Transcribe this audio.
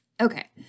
Okay